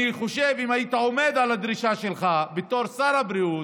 אני חושב שאם היית עומד על הדרישה שלך בתור שר הבריאות,